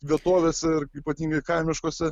vietovėse ir ypatingai kaimiškose